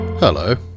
Hello